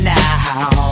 now